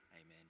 amen